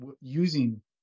using